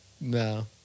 No